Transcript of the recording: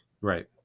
right